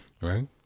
right